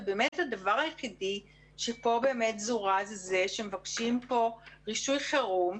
הדבר היחיד שזורז פה, שמבקשים פה רישוי חירום,